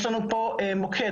יש לנו פה מוקד,